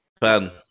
Ben